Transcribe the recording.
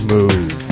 Move